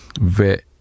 ve